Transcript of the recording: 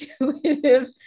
intuitive